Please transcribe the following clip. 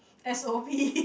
s_o_p